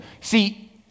See